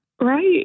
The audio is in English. right